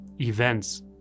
events